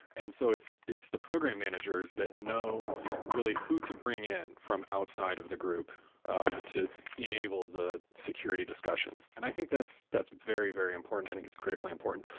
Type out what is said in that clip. and so it's it's the program managers that know really who to bring in from outside of the group um to enable the security discussions. and i think that's that's very, very important. i think it's critically important.